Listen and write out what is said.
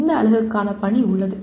இந்த அலகுக்கான பணி உள்ளது